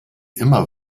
immer